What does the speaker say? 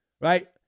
right